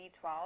B12